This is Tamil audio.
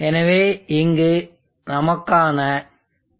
எனவே இங்கு நமக்கான pv